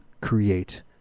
create